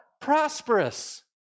prosperous